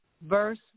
verse